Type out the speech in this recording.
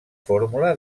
fórmula